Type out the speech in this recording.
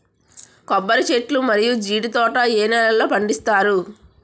కొబ్బరి చెట్లు మరియు జీడీ తోట ఏ నేలల్లో పండిస్తారు?